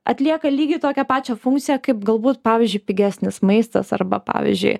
atlieka lygiai tokią pačią funkciją kaip galbūt pavyzdžiui pigesnis maistas arba pavyzdžiui